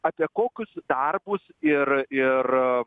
apie kokius tarpus ir ir